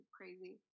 crazy